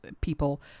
people